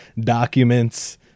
documents